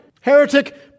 heretic